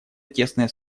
тесное